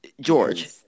George